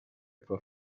etwa